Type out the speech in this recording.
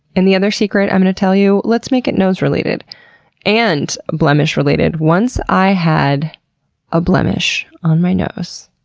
and the other secret i'm gonna tell you, let's make it nose related and blemish related. once i had a blemish on my nose